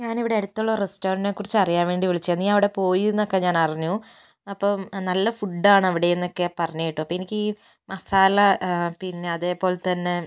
ഞാനിവിടെ അടുത്തുള്ള റസ്റ്റോറന്റിനെ കുറിച്ച് അറിയാൻ വേണ്ടി വിളിച്ചതാ നീ അവിടെ പോയീന്നൊക്കെ ഞാനറിഞ്ഞു അപ്പം നല്ല ഫുഡാണ് അവിടെന്നൊക്കെ പറഞ്ഞു കേട്ടു അപ്പം എനിക്കീ മസാല പിന്നെ അതേപോലെത്തന്നെ